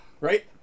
Right